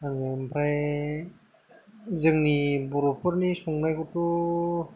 आङो ओमफ्राय जोंनि बर'फोरनि संनायखौथ'